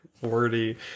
Wordy